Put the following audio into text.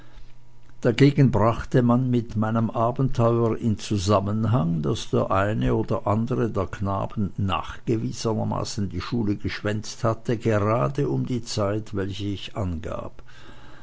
dagegen brachte man mit meinem abenteuer in zusammenhang daß der eine und andere der knaben nachgewiesenermaßen die schule geschwänzt hatte gerade um die zeit welche ich angab